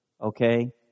Okay